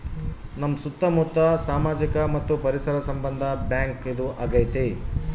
ನಮ್ ಸುತ್ತ ಮುತ್ತ ಸಾಮಾಜಿಕ ಮತ್ತು ಪರಿಸರ ಸಂಬಂಧ ಬ್ಯಾಂಕ್ ಇದು ಆಗೈತೆ